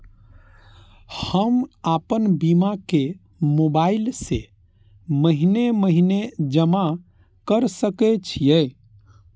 हम आपन बीमा के मोबाईल से महीने महीने जमा कर सके छिये?